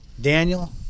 Daniel